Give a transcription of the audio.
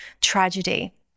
tragedy